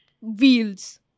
wheels